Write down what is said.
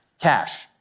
Cash